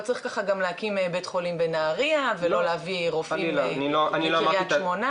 לא צריך ככה גם להקים בית חולים בנהריה ולא להביא רופאים לקריית שמונה.